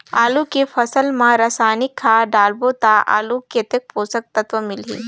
आलू के फसल मा रसायनिक खाद डालबो ता आलू कतेक पोषक तत्व मिलही?